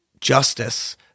justice